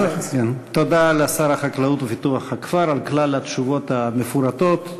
תודה לשר החקלאות ופיתוח הכפר על כלל התשובות המפורטות.